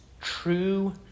true